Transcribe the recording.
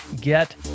get